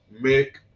Make